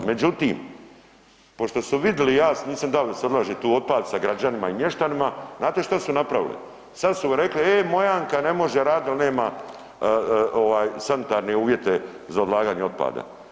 Međutim, pošto su vidli ja nisam dao da se odlaže tu otpad sa građanima i mještanima, znate šta su napravili, sad su rekli e Mojanka ne može raditi jer nema ovaj sanitarne uvjete za odlaganje otpada.